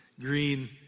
green